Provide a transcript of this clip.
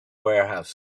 warehouse